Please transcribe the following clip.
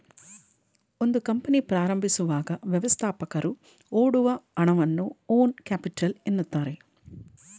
ಒಂದು ಕಂಪನಿ ಪ್ರಾರಂಭಿಸುವಾಗ ವ್ಯವಸ್ಥಾಪಕರು ಹೊಡುವ ಹಣವನ್ನ ಓನ್ ಕ್ಯಾಪಿಟಲ್ ಎನ್ನುತ್ತಾರೆ